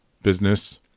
business